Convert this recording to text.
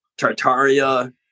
Tartaria